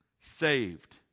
saved